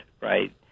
right